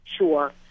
Sure